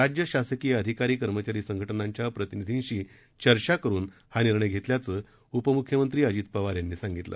राज्य शासकीय अधिकारी कर्मचारी संघटनांच्या प्रतिनिधींशी चर्चा करुन हा निर्णय घेतल्याचं उपमुख्यमंत्री अजित पवार यांनी सांगितलं